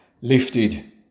lifted